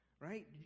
right